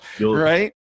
right